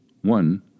one